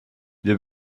wir